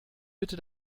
bitte